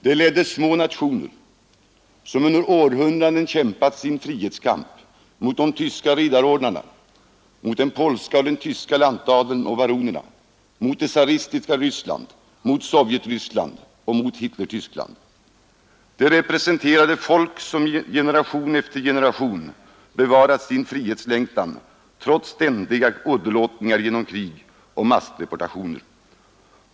De ledde små nationer, som under århundraden kämpat sin frihetskamp mot de tyska riddarordnarna, mot den polska och tyska lantadeln och baronerna, mot det tsaristiska Ryssland, mot Sovjetryssland och mot Hitlertyskland. De representerade folk som generation efter generation bevarat sin frihetslängtan trots ständiga åderlåtningar genom krig och massdeportationer.